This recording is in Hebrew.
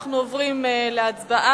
אנחנו עוברים להצבעה